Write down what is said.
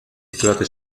gehörte